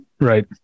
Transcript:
Right